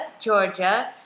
Georgia